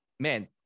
Man